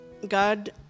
God